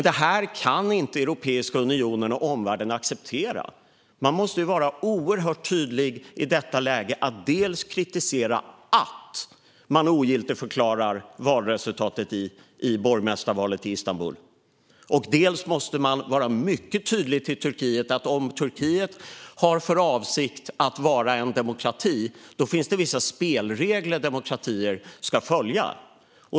Det här kan Europeiska unionen och omvärlden inte acceptera. Man måste vara oerhört tydlig i detta läge: dels kritisera att valresultatet i borgmästarvalet i Istanbul ogiltigförklaras, dels vara mycket tydlig med att om Turkiet har för avsikt att vara en demokrati finns det vissa spelregler som demokratier ska följa.